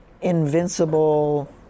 invincible